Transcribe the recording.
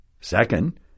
Second